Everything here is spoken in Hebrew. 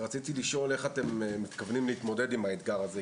רציתי לשאול איך אתם מתכוונים להתמודד עם האתגר הזה?